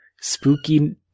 spooky